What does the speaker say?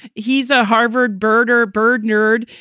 he's a harvard birder, bird nerd,